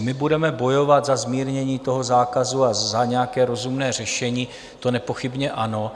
My budeme bojovat za zmírnění toho zákazu a za nějaké rozumné řešení, to nepochybně ano.